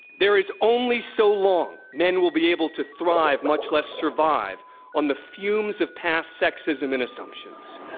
there is only so long men will be able to thrive, much less survive on the fumes of past sexism and assumptions.